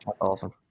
Awesome